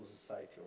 society